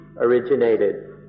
originated